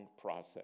process